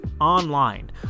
online